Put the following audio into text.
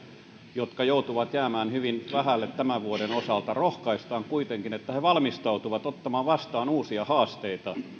jotka joutuvat jäämään hyvin vähälle tämän vuoden osalta rohkaista kuitenkin että he valmistautuvat ottamaan vastaan uusia haasteita